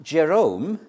Jerome